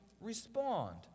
respond